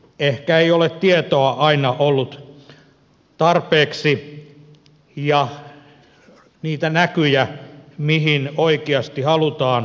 ehkä ei ole tietoa aina ollut tarpeeksi ja niitä näkyjä mihin oikeasti halutaan pyrkiä